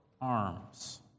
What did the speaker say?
arms